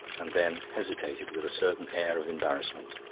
and then hesitated, with a certain air of embarrassment.